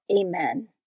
Amen